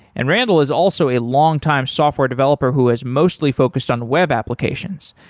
and randall is also a longtime software developer who is mostly focused on web applications.